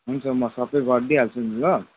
हुन्छ म सबै गरिदिई हाल्छु नि ल